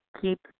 keep